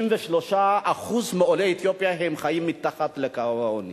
63% מעולי אתיופיה חיים מתחת לקו העוני.